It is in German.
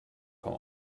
kaum